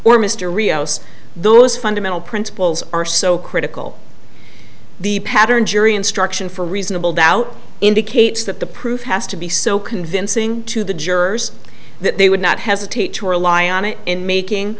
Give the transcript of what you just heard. or mr rios those fundamental principles are so critical the pattern jury instruction for reasonable doubt indicates that the proof has to be so convincing to the jurors that they would not hesitate to rely on it in making